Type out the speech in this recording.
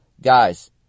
Guys